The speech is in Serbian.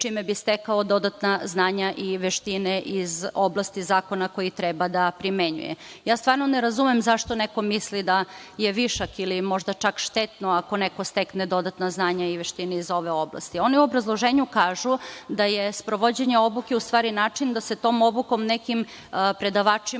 čime bi stekao dodatna znanja i veštine iz oblasti zakona koji treba da primenjuje. Stvarno ne razumem zašto neko misli da je višak ili možda čak štetno ako neko stekne dodatna znanja i veštine iz ove oblasti. Oni u obrazloženju kažu da je sprovođenje obuke u stvari način da se tom obukom nekim predavačima